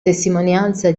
testimonianza